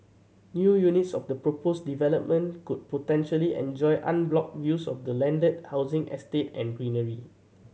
new units of the proposed development could potentially enjoy unblocked views of the landed housing estate and greenery